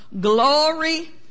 glory